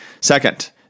Second